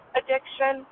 addiction